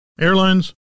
Airlines